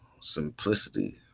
simplicity